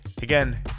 Again